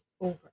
over